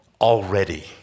already